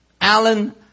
Alan